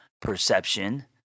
perception